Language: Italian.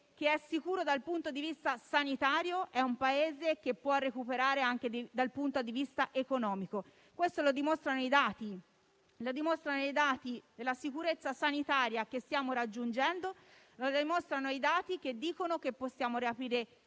che è sicuro dal punto di vista sanitario è un Paese che può recuperare anche dal punto di vista economico. Questo lo dimostrano i dati della sicurezza sanitaria che stiamo raggiungendo, che dicono che possiamo riaprire i cinema,